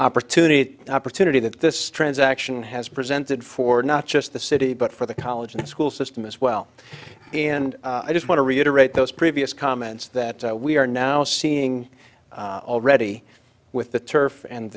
opportunity the opportunity that this transaction has presented for not just the city but for the college and school system as well and i just want to reiterate those previous comments that we are now seeing already with the turf and